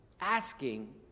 asking